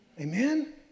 Amen